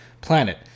planet